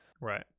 right